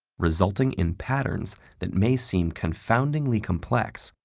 resulting in patterns that may seem confoundingly complex,